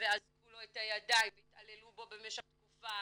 ואזקו לו את הידיים והתעללו בו במשך תקופה,